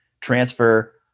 transfer